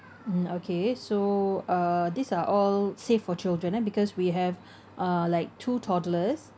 mm okay so uh these are all safe for children ah because we have uh like two toddlers